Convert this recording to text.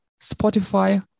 Spotify